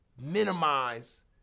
minimize